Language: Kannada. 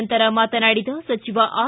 ನಂತರ ಮಾತನಾಡಿದ ಸಚಿವ ಆರ್